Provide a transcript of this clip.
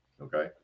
okay